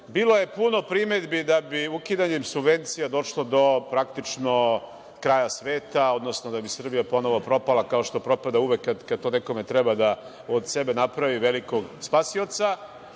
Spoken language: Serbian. Bilo je puno primedbi da bi ukidanjem subvencija došlo do praktično kraja sveta, odnosno da bi Srbija ponovo propala, kao što propada uvek kada to nekome treba da od sebe napravi velikog spasioca